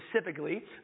specifically